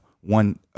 one